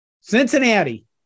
Cincinnati